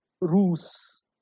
Rus